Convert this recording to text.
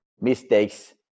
mistakes